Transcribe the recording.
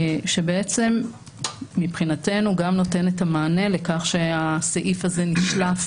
שבעצם מבחינתנו גם נותן את המענה לכך שהסעיף הזה נשלף